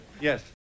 Yes